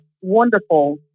wonderful